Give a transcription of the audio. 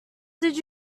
did